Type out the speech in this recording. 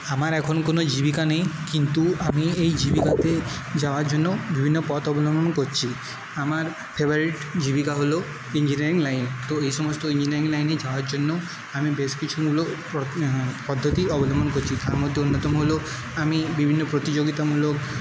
আমার এখন কোনো জীবিকা নেই কিন্তু আমি এই জীবিকাতে যাওয়ার জন্য বিভিন্ন পথ অবলম্বন করছি আমার ফেভারিট জীবিকা হলো ইঞ্জিনিয়ারিং লাইন তো এই সমস্ত ইঞ্জিনিয়ারিং লাইনে যাওয়ার জন্য আমি বেশ কিছু মূলক পদ্ধতি অবলম্বন করছি তার মধ্যে অন্যতম হলো আমি বিভিন্ন প্রতিযোগিতামূলক